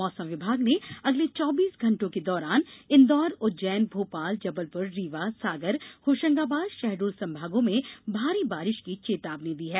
मौसम विभाग ने अगले चौबीस घंटों के दौरान इंदौर उज्जैन भोपाल जबलपुर रीवा सागर होशंगाबाद शहडोल संभागों में भारी बारिश की चेतावनी दी है